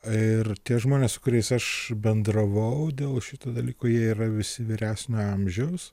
ir tie žmonės su kuriais aš bendravau dėl šito dalyko jie yra visi vyresnio amžiaus